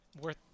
worth